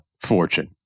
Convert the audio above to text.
fortune